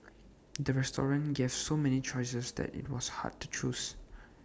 the restaurant gave so many choices that IT was hard to choose